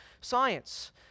science